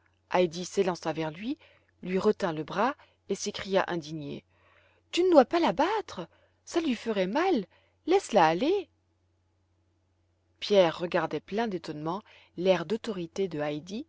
heidi s'élança vers lui lui retint le bras et s'écria indignée tu ne dois pas la battre ça lui ferait mal laisse-la aller pierre regardait plein d'étonnement l'air d'autorité de heidi